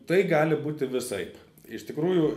tai gali būti visaip iš tikrųjų